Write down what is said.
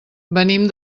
venim